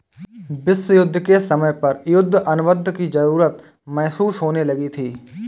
विश्व युद्ध के समय पर युद्ध अनुबंध की जरूरत महसूस होने लगी थी